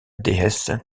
déesse